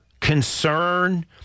concern